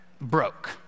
broke